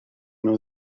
nhw